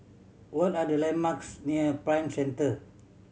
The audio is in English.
what are the landmarks near Prime Center